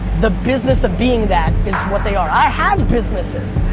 the business of being that is what they are. i have businesses.